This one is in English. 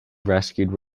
rescued